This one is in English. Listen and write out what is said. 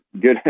good